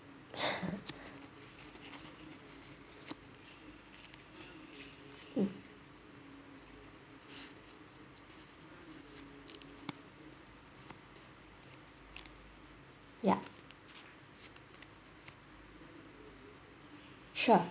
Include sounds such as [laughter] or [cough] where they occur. [laughs] mm yup sure